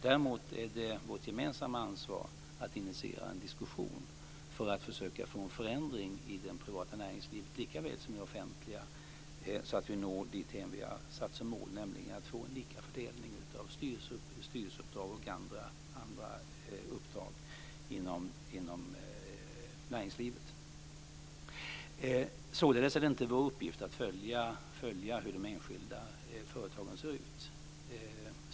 Däremot är det vårt gemensamma ansvar att initiera en diskussion för att försöka få en förändring i det privata näringslivet likaväl som i det offentliga, så att vi når våra mål, nämligen att få en lika fördelning av styrelseuppdrag och andra uppdrag inom näringslivet. Således är det inte vår uppgift att följa hur de enskilda företagen ser ut.